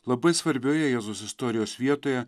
labai svarbioje jėzaus istorijos vietoje